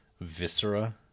viscera